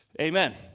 Amen